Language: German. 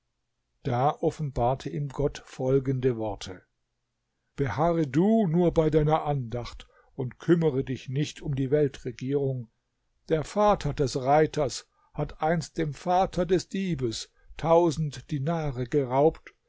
da offenbarte ihm gott folgende worte beharre du nur bei deiner andacht und kümmere dich nicht um die weltregierung der vater des reiters hat einst dem vater des diebes tausend dinare geraubt